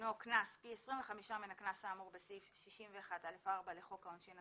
דינו קנס פי 25 מן הקנס האמור בסעיף 61(א)(4) לחוק העונשין,